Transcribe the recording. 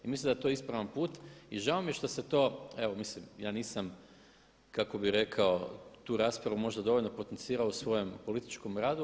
I mislim da je to ispravan put i žao mi je što se to, evo mislim ja nisam kako bih rekao tu raspravu možda dovoljno potencirao u svojem političkom radu.